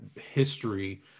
history